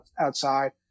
outside